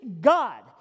God